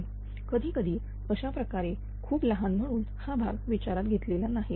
0102 कधीकधी अशाप्रकारे खूप लहान म्हणून हा भाग विचारात घेतलेला नाही